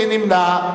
מי נמנע?